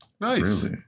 Nice